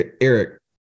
Eric